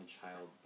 child